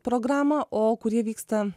programą o kurie vyksta